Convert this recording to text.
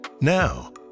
now